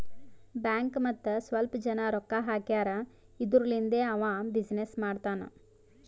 bank ಮತ್ತ ಸ್ವಲ್ಪ ಜನ ರೊಕ್ಕಾ ಹಾಕ್ಯಾರ್ ಇದುರ್ಲಿಂದೇ ಅವಾ ಬಿಸಿನ್ನೆಸ್ ಮಾಡ್ತಾನ್